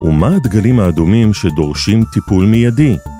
ומה הדגלים האדומים שדורשים טיפול מיידי?